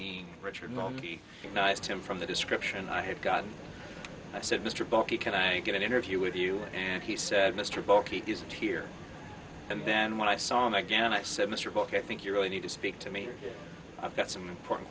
being richard known to be nice to him from the description i had gotten i said mr bucky can i get an interview with you and he said mr bulky isn't here and then when i saw him again i said mr buck i think you really need to speak to me i've got some important